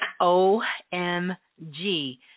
OMG